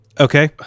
Okay